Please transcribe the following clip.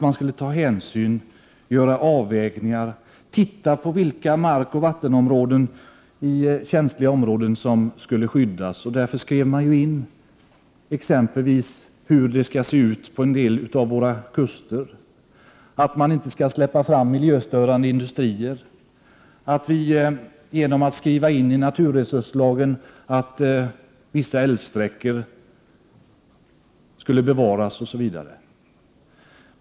Man skulle ta hänsyn, se på vilka markoch vattenområden i känsliga trakter som skulle skyddas. Därför skrev man i naturresurslagen in hur det skall se ut på en del av våra kuster, att man inte skall släppa fram miljöstörande industrier, att vissa älvsträckor skall bevaras, osv.